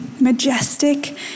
majestic